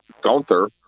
Gunther